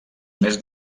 més